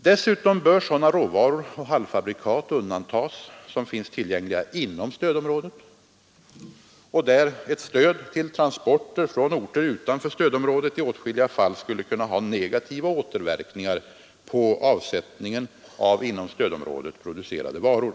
Dessutom bör sådana råvaror och halvfabrikat undantas som finns tillgängliga inom stödområdet och beträffande vilka ett stöd till transporter från orter utanför stödområdet i åtskilliga fall skulle kunna ha negativa återverkningar på avsättningen av inom stödområdet producerade varor.